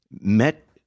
met